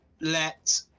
let